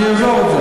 לא,